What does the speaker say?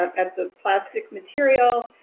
um that's a plastic material.